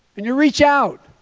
you reach out.